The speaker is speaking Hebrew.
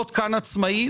להיות כאן עצמאי,